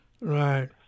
Right